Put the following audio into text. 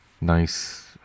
nice